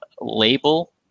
label